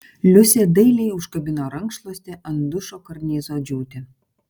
liusė dailiai užkabino rankšluostį ant dušo karnizo džiūti